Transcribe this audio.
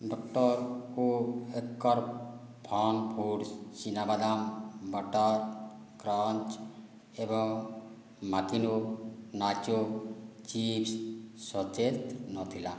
doctor Oetker FunFoods ଚିନା ବାଦାମ butter crunch ଏବଂ ମାକିନୋ ନାଚୋ ଚିପ୍ସ୍ ସତେଜ ନ ଥିଲା